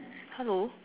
hello